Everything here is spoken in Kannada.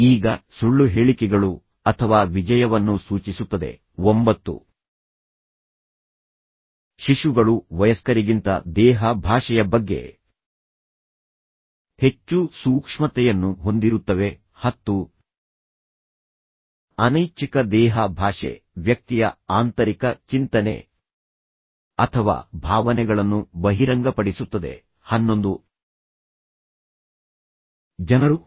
ಈಗ ಸುಳ್ಳು ಹೇಳಿಕೆಗಳು ಅಥವಾ ವಿಜಯವನ್ನು ಸೂಚಿಸುತ್ತದೆ ಒಂಬತ್ತು ಶಿಶುಗಳು ವಯಸ್ಕರಿಗಿಂತ ದೇಹ ಭಾಷೆಯ ಬಗ್ಗೆ ಹೆಚ್ಚು ಸೂಕ್ಷ್ಮತೆಯನ್ನು ಹೊಂದಿರುತ್ತವೆ ಹತ್ತು ಅನೈಚ್ಛಿಕ ದೇಹ ಭಾಷೆ ವ್ಯಕ್ತಿಯ ಆಂತರಿಕ ಚಿಂತನೆ ಅಥವಾ ಭಾವನೆಗಳನ್ನು ಬಹಿರಂಗಪಡಿಸುತ್ತದೆ ಹನ್ನೊಂದು ಜನರು